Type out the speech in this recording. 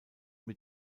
mit